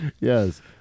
Yes